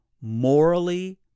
morally